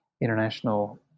international